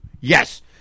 Yes